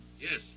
Yes